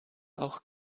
auch